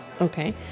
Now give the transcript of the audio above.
Okay